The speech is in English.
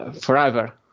forever